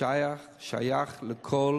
שייך לכל